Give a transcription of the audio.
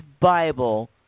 Bible